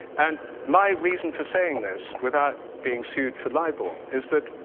and my reason for saying this without being sued for libel is that